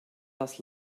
das